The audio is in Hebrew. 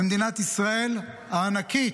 במדינת ישראל, הענקית,